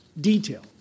detail